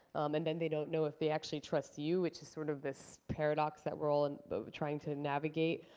and then they don't know if they actually trust you, which is sort of this paradox that we're all and but trying to navigate.